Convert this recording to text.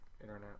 internet